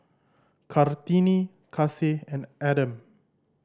Kartini Kasih and Adam